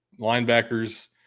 linebackers